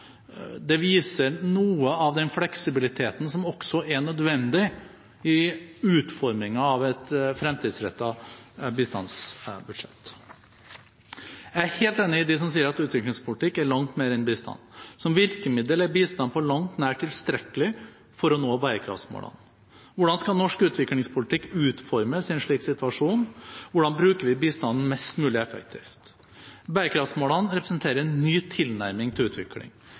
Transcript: Det viser noe av den fleksibiliteten som også er nødvendig i utformingen av et fremtidsrettet bistandsbudsjett. Jeg er helt enig med dem som sier at utviklingspolitikk er langt mer enn bistand. Som virkemiddel er bistand på langt nær tilstrekkelig for å nå bærekraftsmålene. Hvordan skal norsk utviklingspolitikk utformes i en slik situasjon? Hvordan bruker vi bistanden mest mulig effektivt? Bærekraftsmålene representerer en ny tilnærming til utvikling.